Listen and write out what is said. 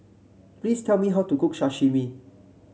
please tell me how to cook Sashimi